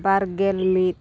ᱵᱟᱨᱜᱮᱞ ᱢᱤᱫ